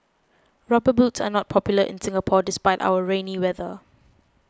rubber boots are not popular in Singapore despite our rainy weather